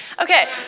Okay